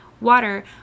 water